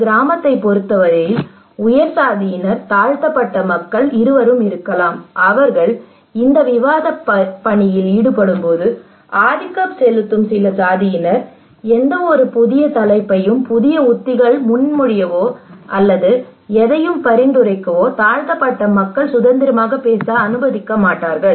ஒரு கிராமத்தைப் பொறுத்தவரையில் உயர் சாதியினரும் தாழ்த்தப்பட்ட மக்களும் இருக்கலாம் அவர்கள் இந்த விவாதப் பணியில் ஈடுபடும்போது ஆதிக்கம் செலுத்தும் சில சாதியினர் எந்தவொரு புதிய தலைப்பையும் புதிய உத்திகள் முன்மொழியவோ அல்லது எதையும் பரிந்துரைக்கவோ தாழ்த்தப்பட்ட மக்கள் சுதந்திரமாக பேச அனுமதிக்க மாட்டார்கள்